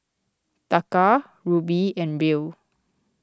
Taka Rupee and Riel